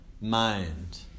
mind